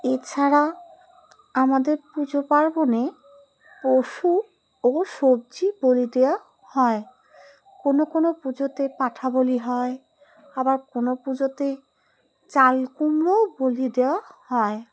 এছাড়া আমাদের পুজো পার্বণে পশু ও সবজি বলি দেওয়া হয় কোনো কোনো পুজোতে পাঁঠা বলি হয় আবার কোনো পুজোতে চালকুমড়োও বলি দেওয়া হয়